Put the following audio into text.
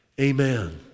amen